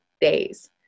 days